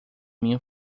minha